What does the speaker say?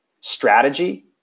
strategy